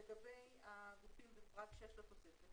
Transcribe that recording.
לגבי הגופים בפרט (6) לתוספת,